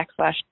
backslash